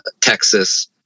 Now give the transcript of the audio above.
Texas